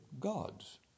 God's